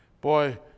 boy